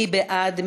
מי בעד?